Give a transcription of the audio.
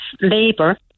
labour